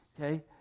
okay